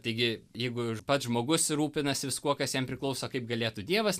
taigi jeigu iž pats žmogus ir rūpinasi viskuo kas jam priklauso kaip galėtų dievas